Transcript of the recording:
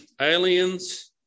aliens